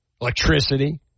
electricity